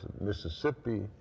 Mississippi